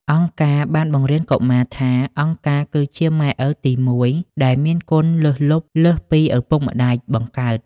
អង្គការបានបង្រៀនកុមារថា «អង្គការគឺជាម៉ែឪទីមួយ» ដែលមានគុណលើសលប់លើសឪពុកម្ដាយបង្កើត។